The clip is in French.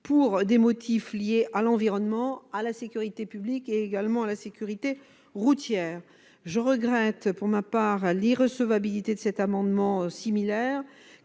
pour des motifs liés à l'environnement, à la sécurité publique et à la sécurité routière. Je regrette que l'irrecevabilité de cet amendement ait